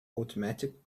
automatic